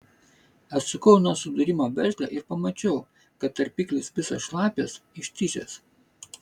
atsukau nuo sudūrimo veržlę ir pamačiau kad tarpiklis visas šlapias ištižęs